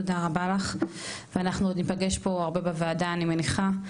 תודה רבה לך ואנחנו עוד נפגש פה הרבה בוועדה אני מניחה.